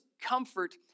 comfort